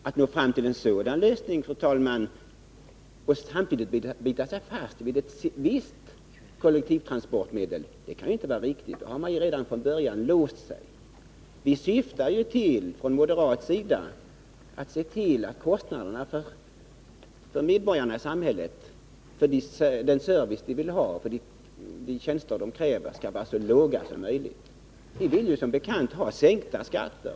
Att nå fram till en sådan lösning och samtidigt bita sig fast vid ett visst kollektivtransportmedel kan inte vara riktigt, fru talman. Då har mari redan från början låst sig. Från moderat sida syftar vi till att se till att kostnaderna för den service medborgarna i samhället vill ha och för de tjänster de kräver skall vara så låga som möjligt. Vi vill som bekant ha sänkta skatter.